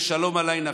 ושלום עליי נפשי.